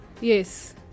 Yes